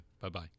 Bye-bye